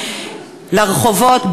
לרחובות,